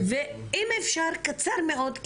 ואם אפשר קצר מאוד,